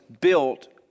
built